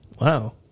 Wow